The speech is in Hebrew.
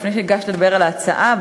לפני שאגש לדבר על ההצעה,